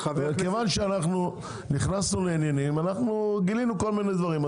כיוון שאנחנו נכנסנו לעניינים אנחנו גילינו כל מיני דברים,